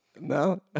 No